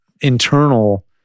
internal